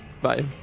Bye